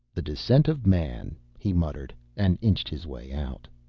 the descent of man, he muttered and inched his way out.